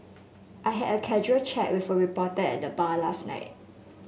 I had a casual chat with a reporter at the bar last night